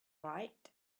right